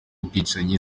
bwicanyi